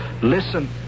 listen